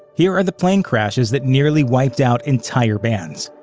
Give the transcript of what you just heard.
here are the plane crashes that nearly wiped out entire bands.